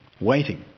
waiting